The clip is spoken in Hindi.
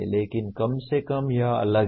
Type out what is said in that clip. लेकिन कम से कम यह अलग है